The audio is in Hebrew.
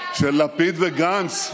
של לפיד וגנץ.